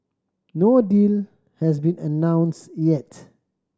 no deal has been announced yet